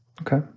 Okay